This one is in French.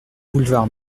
boulevard